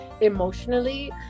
emotionally